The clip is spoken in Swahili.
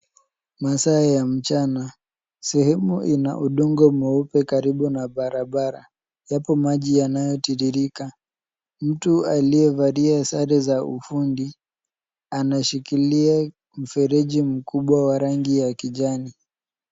Masaa ya mchana. Sehemu ina udongo mweupe karibu na barabara. Yapo maji yanayotiririka . Mtu aliyevalia sare za ufundi anashikilia mfereji mkubwa wa rangi ya kijani.